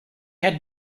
had